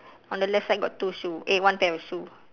on the left side got two shoe eh one pair of shoe